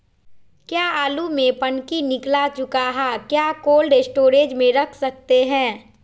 क्या आलु में पनकी निकला चुका हा क्या कोल्ड स्टोरेज में रख सकते हैं?